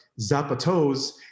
zapatos